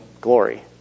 glory